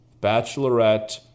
bachelorette